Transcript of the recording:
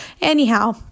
Anyhow